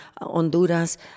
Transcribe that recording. Honduras